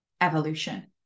evolution